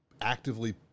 actively